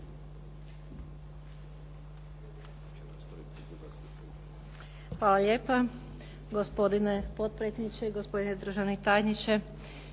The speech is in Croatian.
Hvala lijepa. Gospodine potpredsjedniče, gospodine državni tajniče,